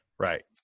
right